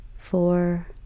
Four